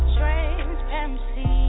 transparency